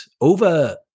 over